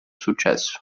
successo